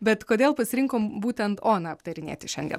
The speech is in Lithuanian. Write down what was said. bet kodėl pasirinkom būtent oną aptarinėti šiandien